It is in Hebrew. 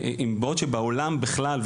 בעוד שבעולם בכלל,